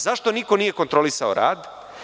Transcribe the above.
Zašto niko nije kontrolisao rad?